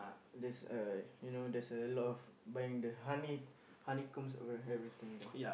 there's a you know there's a lot of buying the honey honey combs over everything there